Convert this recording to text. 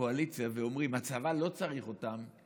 הקואליציה ואומרים: הצבא לא צריך אותם.